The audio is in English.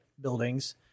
buildings